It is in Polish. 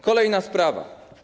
Kolejna sprawa.